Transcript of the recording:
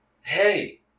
Hey